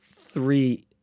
three